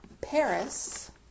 paris